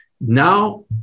Now